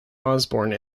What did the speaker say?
osbourne